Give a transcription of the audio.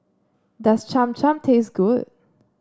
does Cham Cham taste good